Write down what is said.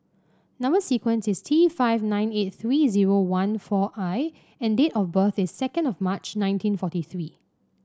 number sequence is T five nine eight three zero one four I and date of birth is second of March nineteen forty three